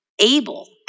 able